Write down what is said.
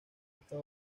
esta